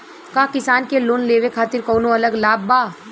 का किसान के लोन लेवे खातिर कौनो अलग लाभ बा?